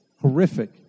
horrific